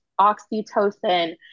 oxytocin